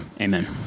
amen